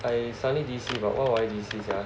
I suddenly D_C but why was I D_C sia